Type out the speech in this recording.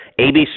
ABC